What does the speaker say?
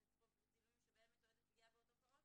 לצפות בצילומים שבהם מתועדת פגיעה באותו פעוט